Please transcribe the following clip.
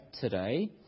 today